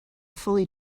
fully